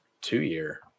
two-year